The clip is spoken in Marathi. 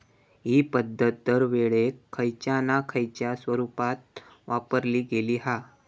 हि पध्दत दरवेळेक खयच्या ना खयच्या स्वरुपात वापरली गेली हा